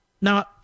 Now